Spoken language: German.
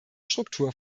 struktur